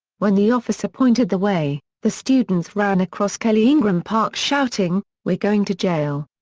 when the officer pointed the way, the students ran across kelly ingram park shouting, we're going to jail!